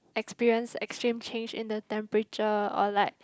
experience extreme change in the temperature or like